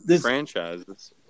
franchises